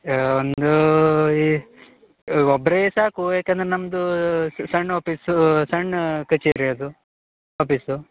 ಒಂದು ಈ ಒಬ್ಬರೇ ಸಾಕು ಏಕೆಂದರೆ ನಮ್ಮದು ಸಣ್ಣ ಆಪೀಸು ಸಣ್ಣ ಕಚೇರಿ ಅದು ಆಪೀಸು